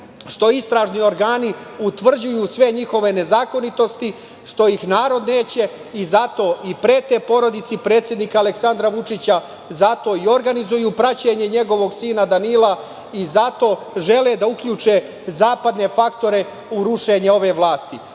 što istražni organi utvrđuju sve njihove nezakonitosti, što ih narod neće. Zato prete porodici predsednika Aleksandra Vučića. Zato organizuju praćenje njegovog sina Danila. Zato žele da uključe zapadne faktore u rušenje ove vlasti.